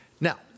Now